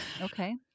Okay